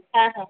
হ্যাঁ হ্যাঁ